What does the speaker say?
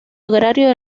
agrario